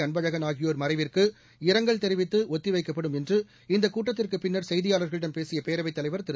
அன்பழகள் ஆகியோர் மறைவிற்கு இரங்கல் தெரிவித்து ஒத்தி வைக்கப்படும் என்று இந்தக் கூட்டத்திற்குப் பின்னர் செய்தியாளர்களிடம் பேசிய பேரவைத் தலைவர் திரு